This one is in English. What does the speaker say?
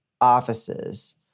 offices